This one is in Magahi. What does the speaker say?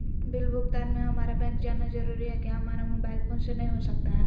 बिल भुगतान में हम्मारा बैंक जाना जरूर है क्या हमारा मोबाइल फोन से नहीं हो सकता है?